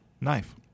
Knife